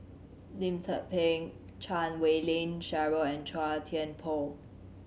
Lim Tze Peng Chan Wei Ling Cheryl and Chua Thian Poh